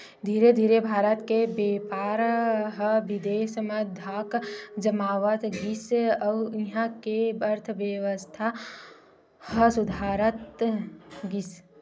धीरे धीरे भारत के बेपार ह बिदेस म धाक जमावत गिस अउ इहां के अर्थबेवस्था ह सुधरत गिस